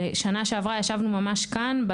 שנה שעברה ישבנו ממש כאן,